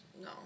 No